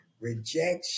rejection